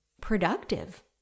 productive